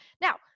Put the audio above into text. Now